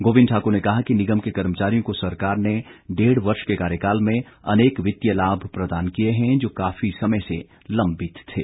गोविंद ठाकुर ने कहा कि निगम के कर्मचारियों को सरकार ने डेढ वर्ष के कार्यकाल में अनेक वित्तीय लाभ प्रदान किए हैं जो काफी समय से लम्बित थे